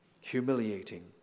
humiliating